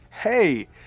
Hey